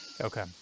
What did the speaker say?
Okay